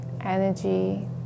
energy